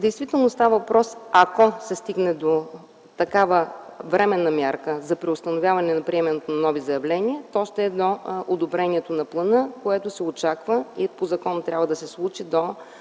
Действително, ако се стигне до такава временна мярка – преустановяване приемането на нови заявления, то ще е до одобрението на плана, което се очаква и по закон трябва да се случи до